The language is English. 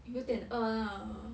有点饿啦